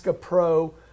Pro